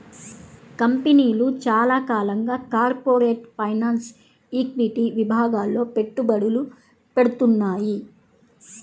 కంపెనీలు చాలా కాలంగా కార్పొరేట్ ఫైనాన్స్, ఈక్విటీ విభాగాల్లో పెట్టుబడులు పెడ్తున్నాయి